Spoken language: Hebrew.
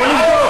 בואו נבדוק.